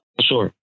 Sure